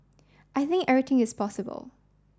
I think everything is possible